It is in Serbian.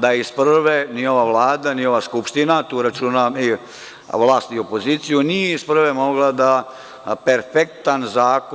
Da iz prve ni ova Vlada ni ova Skupština, tu računam i vlast i opoziciju nije mogla iz prve da